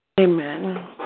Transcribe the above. Amen